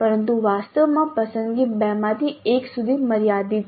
પરંતુ વાસ્તવમાં પસંદગી 2 માંથી 1 સુધી મર્યાદિત છે